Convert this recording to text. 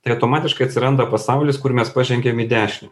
tai automatiškai atsiranda pasaulis kur mes pažengiam į dešinę